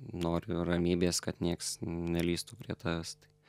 noriu ramybės kad nieks nelįstų prie tavęs tai